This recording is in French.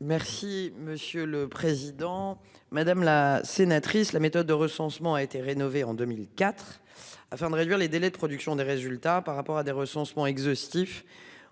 Merci monsieur le président, madame la sénatrice, la méthode de recensement a été rénové en 2004 afin de réduire les délais de production des résultats par rapport à des recensement exhaustif